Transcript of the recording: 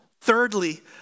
thirdly